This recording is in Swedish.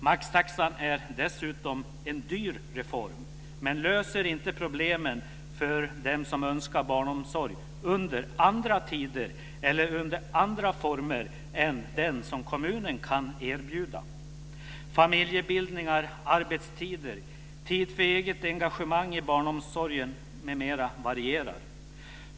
Maxtaxan är dessutom en dyr reform, men den löser inte problemen för dem som önskar barnomsorg under andra tider eller under andra former än de som kommunen kan erbjuda. Familjebildningar, arbetstider, tid för eget engagemang i barnomsorgen m.m. varierar.